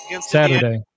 Saturday